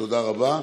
תודה רבה,